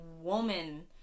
woman